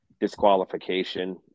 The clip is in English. disqualification